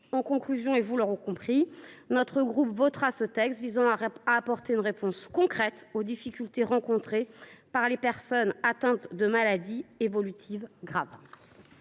de notre société. Vous l’aurez compris, notre groupe votera cette proposition de loi pour apporter une réponse concrète aux difficultés rencontrées par les personnes atteintes de maladies évolutives graves.